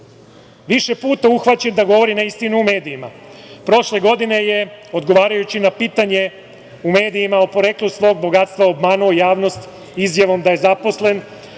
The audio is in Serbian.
više puta uhvaćen da govori neistinu u medijima. Prošle godine je, odgovarajući na pitanje u medijima o poreklu svog bogatstva, obmanuo javnost izjavom da je zaposlen